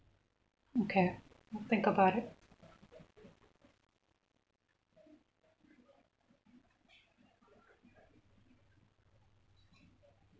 okay I think about it